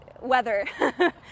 weather